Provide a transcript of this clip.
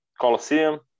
Colosseum